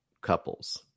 couples